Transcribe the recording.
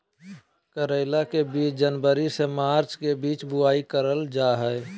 करेला के बीज जनवरी से मार्च के बीच बुआई करल जा हय